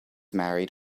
married